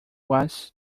was